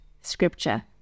scripture